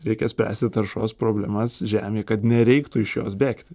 reikia spręsti taršos problemas žemėje kad nereiktų iš jos bėgti